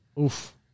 oof